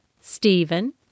Stephen